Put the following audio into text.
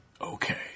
okay